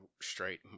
straight